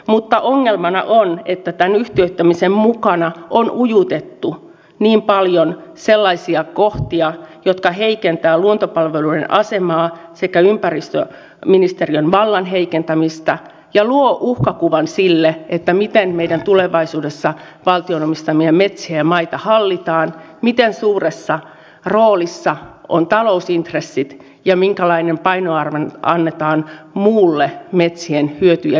mutta ongelmana on että tämän yhtiöittämisen mukana on ujutettu niin paljon sellaisia kohtia jotka heikentävät luontopalveluiden asemaa sekä ympäristöministeriön valtaa ja luovat uhkakuvan siitä miten meidän tulevaisuudessa valtion omistamia metsiä ja maita hallitaan miten suuressa roolissa ovat talousintressit ja minkälainen painoarvo annetaan muulle metsien hyöty ja virkistyskäytölle